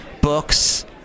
books